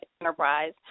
Enterprise